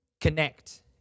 connect